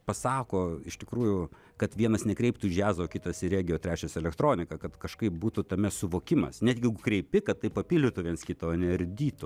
pasako iš tikrųjų kad vienas nekreiptų į džiazą o kitasį regį o trečias į elektroniką kad kažkaip būtų tame suvokimas netgi jeigu kreipi kad tai papildytų vienas kitą o ne ardytų